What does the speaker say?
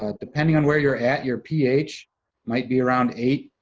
ah depending on where you're at, your ph might be around eight,